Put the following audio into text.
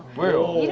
we'll